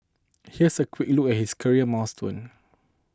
here's a quick look at his career milestones